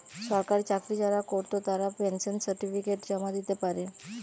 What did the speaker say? সরকারি চাকরি যারা কোরত তারা পেনশন সার্টিফিকেট জমা দিতে পারে